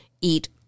eat